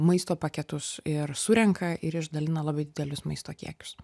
maisto paketus ir surenka ir išdalina labai didelius maisto kiekius